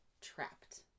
trapped